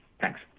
thanks